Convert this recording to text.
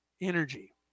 energy